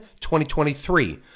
2023